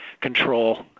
control